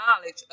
knowledge